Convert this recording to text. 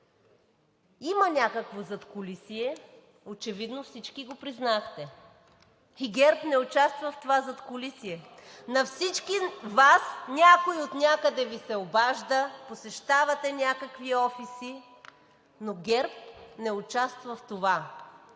има някакво задкулисие, очевидно всички го признахте, и ГЕРБ не участва в това задкулисие. На всички Вас някой отнякъде Ви се обажда, посещавате някакви офиси, но ГЕРБ не участва в това.